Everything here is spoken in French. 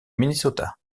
minnesota